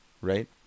right